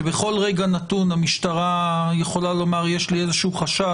שבכל רגע נתון המשטרה יכולה לומר: יש לי איזשהו חשד.